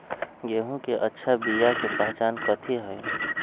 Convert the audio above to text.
गेंहू के अच्छा बिया के पहचान कथि हई?